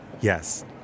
Yes